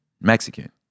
Mexican